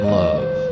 love